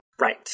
Right